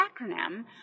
acronym